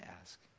ask